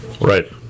right